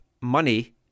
money